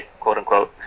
quote-unquote